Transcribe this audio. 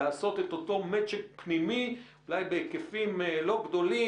לעשות את אותו --- פנימי אולי בהיקפים לא גדולים.